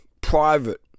private